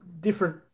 Different